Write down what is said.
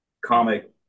comic